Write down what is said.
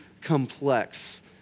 complex